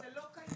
זה לא קיים.